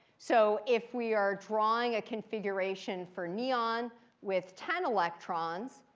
so if we are drawing a configuration for neon with ten electrons,